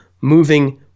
moving